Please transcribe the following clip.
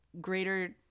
greater